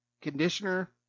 conditioner